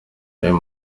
ayo